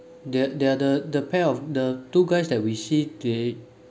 they're they're the the pair of the two guys that we see they